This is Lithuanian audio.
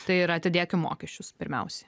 tai yra atidėkim mokesčius pirmiausiai